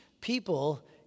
people